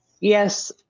yes